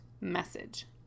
message